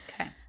Okay